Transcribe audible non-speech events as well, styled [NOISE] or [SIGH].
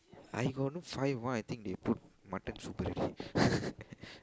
I got no five why I think they put mutton soup already [LAUGHS]